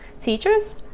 Teachers